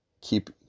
keep